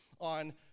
on